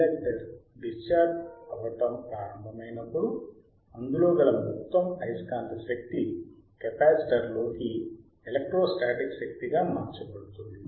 inductor discharge అవ్వటం ప్రారంభమైనప్పుడు అందులో గల మొత్తం అయస్కాంత శక్తి కెపాసిటర్లోకి ఎలక్ట్రోస్టాటిక్ శక్తిగా మార్చబడుతుంది